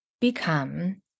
become